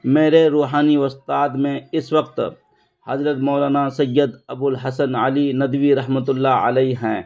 میرے روحانی استاد میں اس وقت حضرت مولانا سید ابوالحسن علی ندوی رحمت اللہ علیہ ہیں